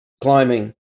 climbing